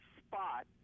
spot